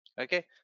Okay